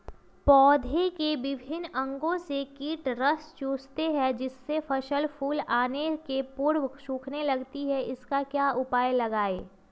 पौधे के विभिन्न अंगों से कीट रस चूसते हैं जिससे फसल फूल आने के पूर्व सूखने लगती है इसका क्या उपाय लगाएं?